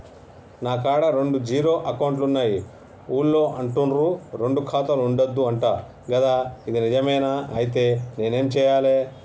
నా కాడా రెండు జీరో అకౌంట్లున్నాయి ఊళ్ళో అంటుర్రు రెండు ఖాతాలు ఉండద్దు అంట గదా ఇది నిజమేనా? ఐతే నేనేం చేయాలే?